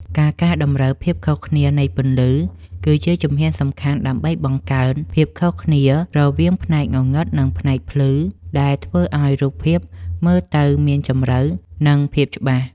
ការកែតម្រូវ ភាពខុសគ្នានៃពន្លឺ គឺជាជំហ៊ានសំខាន់ដើម្បីបង្កើនភាពខុសគ្នារវាងផ្នែកងងឹត និងផ្នែកភ្លឺ ដែលធ្វើឱ្យរូបភាពមើលទៅមានជម្រៅ និងភាពច្បាស់។